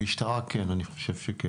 עם המשטרה כן אני חושב.